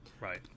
right